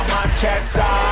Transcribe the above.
Manchester